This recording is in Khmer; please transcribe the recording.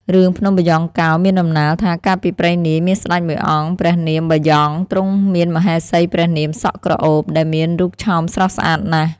រឿងភ្នំបាយ៉ង់កោមានដំណាលថា កាលពីព្រេងនាយ មានស្តេចមួយអង្គព្រះនាមបាយ៉ង់ ទ្រង់មានមហេសីព្រះនាមសក់ក្រអូប ដែលមានរូបឆោមស្រស់ស្អាតណាស់។